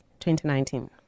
2019